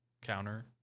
counter